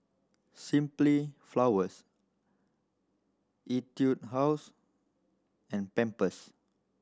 Simply Flowers Etude House and Pampers